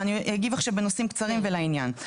אני אגיב עכשיו בנושאים קצרים ולעניין.